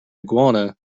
iguana